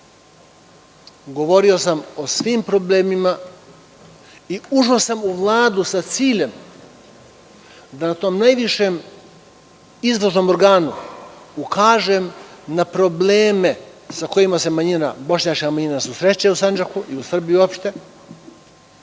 govorio sam o svim problemima i ušao sam u Vladu sa ciljem da u tom najvišem izvršnom organu ukažem na probleme sa kojima se bošnjačka manjina susreće u Sandžaku i u Srbiji, uopšte,